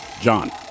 John